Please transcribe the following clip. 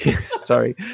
sorry